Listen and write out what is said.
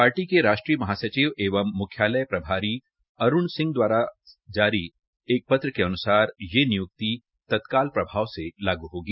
party के राष्ट्रीय महासचिव एंब म्ख्यालय प्रभारी अरुण सिंह द्वारा इस संबंधी जारी पत्र के अन्सार ये निय्क्ति तत्काल प्रभाव से लागू होगी